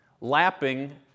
lapping